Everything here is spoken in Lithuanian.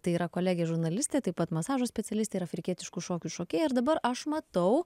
tai yra kolegė žurnalistė taip pat masažo specialistė ir afrikietiškų šokių šokėja ir dabar aš matau